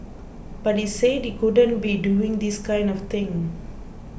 but he said he couldn't be doing this kind of thing